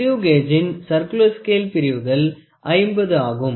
ஸ்கரீவ் கேஜின் circular scale பிரிவுகள் 50 ஆகும்